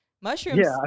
mushrooms